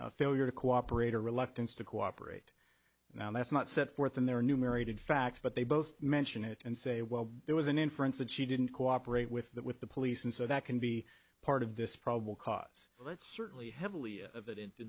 failure to cooperate or reluctance to cooperate now that's not set forth in their new married facts but they both mention it and say well there was an inference that she didn't cooperate with that with the police and so that can be part of this probable cause but certainly heavily of it into